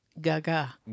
Gaga